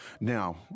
Now